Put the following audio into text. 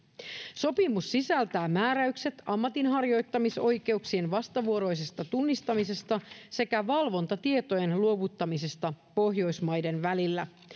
sopimus sisältää määräykset ammatinharjoittamisoikeuksien vastavuoroisesta tunnustamisesta sekä valvontatietojen luovuttamisesta pohjoismaiden välillä